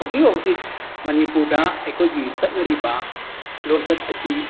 ꯍꯧꯖꯤꯛ ꯍꯧꯖꯤꯛ ꯃꯅꯤꯄꯨꯔꯗ ꯑꯩꯈꯣꯏꯒꯤ ꯆꯠꯅꯔꯤꯕ ꯂꯣꯟꯆꯠ ꯑꯁꯤ